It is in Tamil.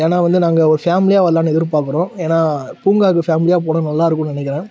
ஏன்னால் வந்து நாங்கள் ஒரு ஃபேமிலியாக வரலான்னு எதிர்பார்க்குறோம் ஏன்னால் பூங்காவுக்கு ஃபேமிலியாக போனால் நல்லா இருக்குன்னு நினக்கிறேன்